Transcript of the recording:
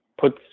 puts